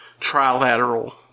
trilateral